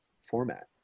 format